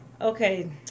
Okay